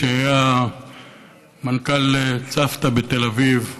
שהיה מנכ"ל צוותא בתל אביב,